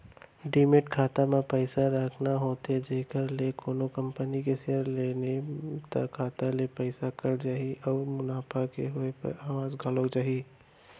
demat खाता म पइसा राखना होथे जेखर ले कोनो कंपनी के सेयर लेबे त खाता ले पइसा कट जाही अउ मुनाफा के होय म आवत घलौ जाही